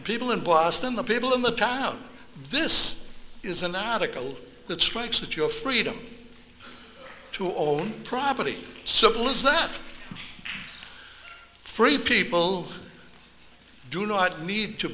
the people in boston the people in the town this is an article that strikes that your freedom to own property simple is that free people do not need to